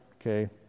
okay